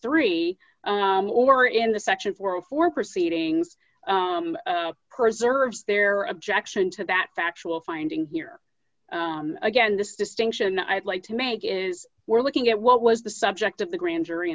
three or in the sections were for proceedings preserves their objection to that factual finding here again this distinction i'd like to make is we're looking at what was the subject of the grand jury